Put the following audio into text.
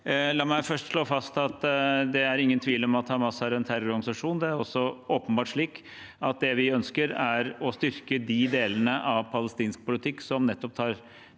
La meg først slå fast at det er ingen tvil om at Hamas er en terrororganisasjon. Det er også åpenbart slik at det vi ønsker, er å styrke de delene av palestinsk politikk som ikke ønsker